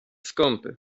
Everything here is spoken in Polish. skąpy